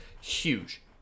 Huge